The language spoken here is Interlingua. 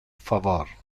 favor